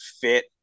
fit